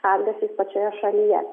atgarsiais pačioje šalyje